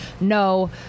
no